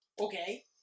Okay